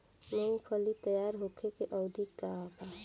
मूँगफली तैयार होखे के अवधि का वा?